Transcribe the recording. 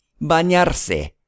Bañarse